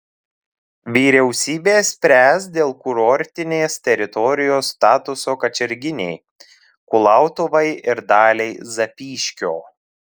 vyriausybė spręs dėl kurortinės teritorijos statuso kačerginei kulautuvai ir daliai zapyškio